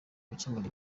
gukemura